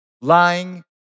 lying